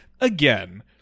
again